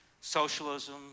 socialism